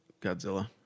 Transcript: Godzilla